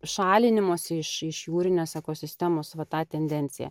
šalinimosi iš iš jūrinės ekosistemos va tą tendenciją